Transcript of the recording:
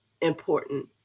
important